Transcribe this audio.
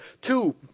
two